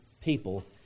people